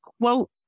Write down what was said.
quote